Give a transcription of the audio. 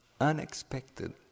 unexpected